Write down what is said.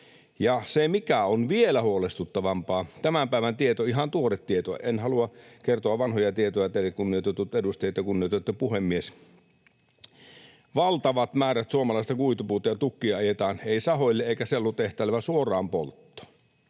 se, mikä on vielä huolestuttavampaa — tämän päivän tieto, ihan tuore tieto, en halua kertoa vanhoja tietoja teille, kunnioitetut edustajat ja kunnioitettu puhemies — on se, että valtavat määrät suomalaista kuitupuuta ja tukkia ajetaan ei sahoille eikä sellutehtaille vaan suoraan polttoon.